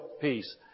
peace